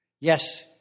Yes